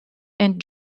and